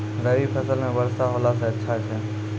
रवी फसल म वर्षा होला से अच्छा छै?